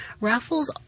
Raffles